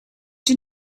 you